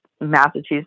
massachusetts